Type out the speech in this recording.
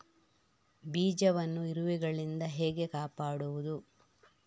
ಬೀಜವನ್ನು ಇರುವೆಗಳಿಂದ ಹೇಗೆ ಕಾಪಾಡುವುದು?